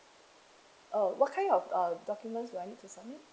oh what kind of uh documents do I need to submit